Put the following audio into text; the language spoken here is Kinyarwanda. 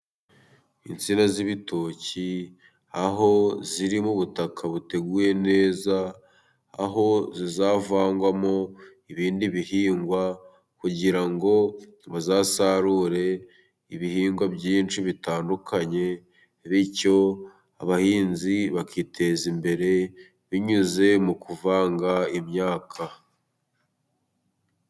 Insina z'ibitoki, aho ziri mu butaka buteguye neza, aho zizavangwamo ibindi bihingwa, kugira ngo bazasarure ibihingwa byinshi bitandukanye, bityo abahinzi bakiteza imbere, binyuze mu kuvanga imyaka.